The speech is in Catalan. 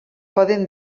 poden